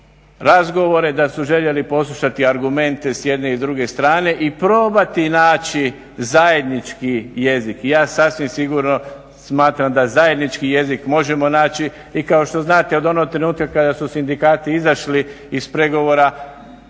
da su željeli poslušati argumente s jedne i s druge strane i probati naći zajednički jezik i ja sasvim sigurno smatram da zajednički jezik možemo naći. I kao što znate od onog trenutka kada su sindikati izašli iz pregovora,